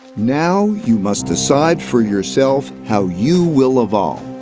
now you must decide for yourself how you will evolve.